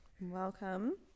welcome